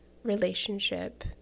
relationship